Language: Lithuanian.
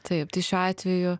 taip tai šiuo atveju